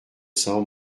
cents